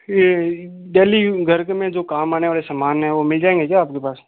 ये डेली घर के में जो काम आने वाले सामान वो मिल जाएंगे क्या आपके पास